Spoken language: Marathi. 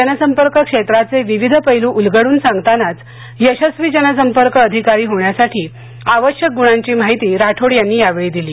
जनसंपर्क क्षेत्राचे विविध पैलू उलगडून सांगतानाच यशस्वी जनसंपर्क अधिकारी होण्यासाठी आवश्यक गुणांची माहिती राठोड यांनी यावेळी दिली